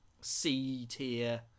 C-tier